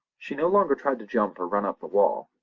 she no longer tried to jump or run up the wall,